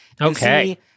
Okay